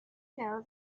know